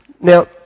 Now